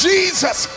Jesus